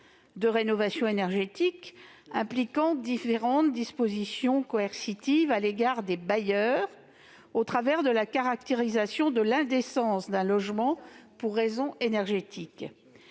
de rénovation énergétique impliquant différentes dispositions coercitives à l'égard des bailleurs au travers de la caractérisation de l'indécence d'un logement pour raisons énergétiques.